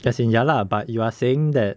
as in ya lah but you are saying that